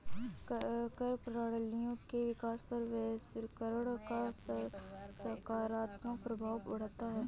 कर प्रणालियों के विकास पर वैश्वीकरण का सकारात्मक प्रभाव पढ़ता है